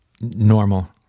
Normal